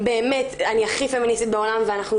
באמת אני הכי פמיניסטית בעולם ואנחנו